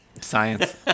Science